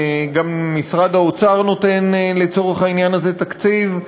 גם משרד האוצר נותן לצורך העניין הזה תקציב,